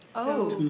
oh.